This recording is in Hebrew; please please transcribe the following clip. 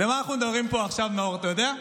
ועל מה אנחנו מדברים פה עכשיו, נאור, אתה יודע?